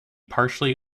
partially